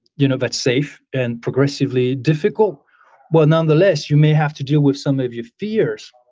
you know that's safe and progressively difficult but nonetheless, you may have to deal with some of your fears.